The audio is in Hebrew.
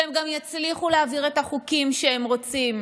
והם גם יצליחו להעביר את החוקים שהם רוצים,